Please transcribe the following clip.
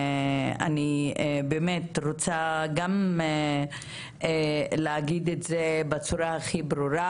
אני באמת רוצה גם להגיד את זה בצורה הכי ברורה.